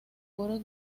coro